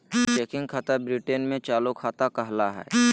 checking खाता Britain देश में चालू खाता कहला हय